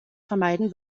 vermeiden